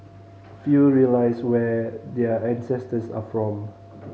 few realise where their ancestors are from